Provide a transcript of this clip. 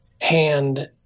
hand